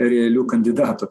realių kandidatų